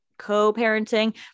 Co-parenting